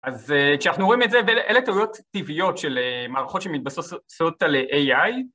אז כשאנחנו רואים את זה אלה טעויות טבעיות של מערכות שמתבססות על AI